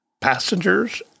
passengers